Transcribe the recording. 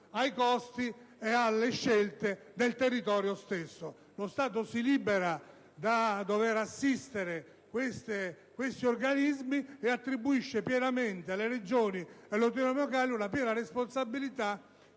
ai costi e alle scelte del territorio stesso. Lo Stato si libera dal dover assistere questi organismi e attribuisce alle Regioni e alle autonomie locali una piena responsabilità,